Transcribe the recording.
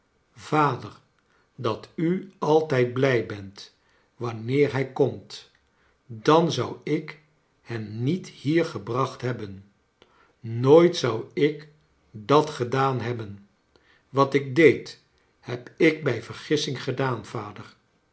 vader dat u altijd blij bent wanneer hij komt dan zou ik hem niet hier gebracht hebben nooit zou ik dat gedaan hebben wat ik deed heb ik bij vergissing gedaan vader